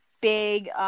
big